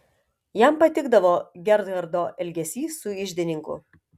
jam patikdavo gerhardo elgesys su iždininku